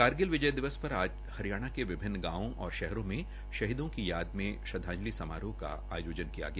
कारगिल विजय दिवस पर आज हरियाणा में विभिन्न गांवों व शहरों में शहीदों को श्रद्धांजलि समारोह का आयोजन किया गया